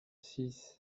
six